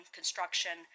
construction